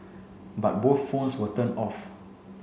but both phones were turned off